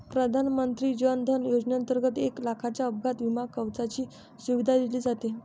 प्रधानमंत्री जन धन योजनेंतर्गत एक लाखाच्या अपघात विमा कवचाची सुविधा दिली जाते